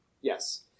Yes